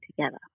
together